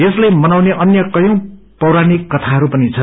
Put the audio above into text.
यसलाई मनाउने अन्य कयौं पौराणिक कथाहरू पनि छन्